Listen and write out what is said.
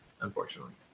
unfortunately